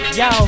yo